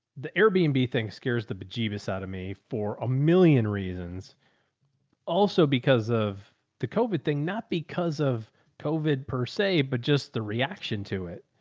the airbnb and thing scares the bejesus out of me for a million reasons also because of the covid thing, not because of covid per se, but just the reaction to it.